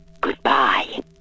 goodbye